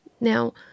Now